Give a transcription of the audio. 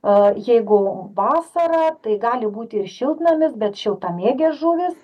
a jeigu vasarą tai gali būti ir šiltnamis bet šiltamėgės žuvys